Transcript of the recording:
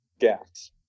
gas